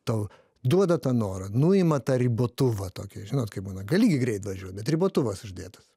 tau duoda tą norą nuima tą ribotuvą tokį žinot kaip būna gali gi greit važiuot bet ribotuvas uždėtas